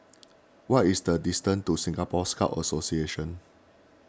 what is the distance to Singapore Scout Association